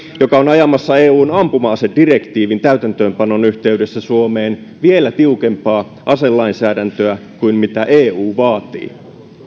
joka on ajamassa eun ampuma asedirektiivin täytäntöönpanon yhteydessä suomeen vielä tiukempaa aselainsäädäntöä kuin mitä eu vaatii